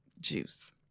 juice